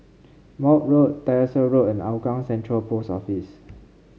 Maude Road Tyersall Road and Hougang Central Post Office